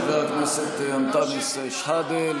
חבר הכנסת אנטאנס שחאדה.